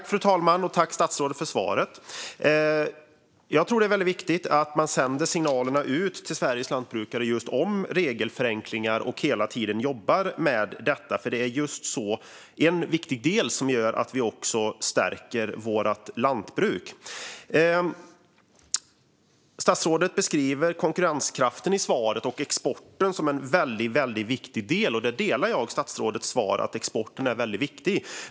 Fru talman! Tack, statsrådet, för svaret! Jag tror att det är väldigt viktigt att man sänder ut signaler till Sveriges lantbrukare om just regelförenklingar och att man hela tiden jobbar med detta. Det är en viktig del som gör att vi också stärker vårt lantbruk. Statsrådet beskriver i svaret konkurrenskraften och exporten som en väldigt viktig del. Där delar jag statsrådets svar: att exporten är väldigt viktig.